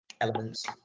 elements